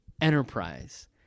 enterprise